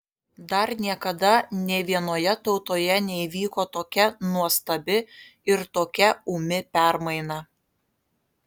dar niekada nė vienoje tautoje neįvyko tokia nuostabi ir tokia ūmi permaina